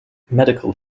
medical